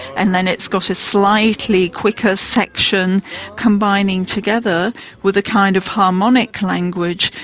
and then it's got a slightly quicker section combining together with a kind of harmonic language.